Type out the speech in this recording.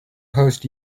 host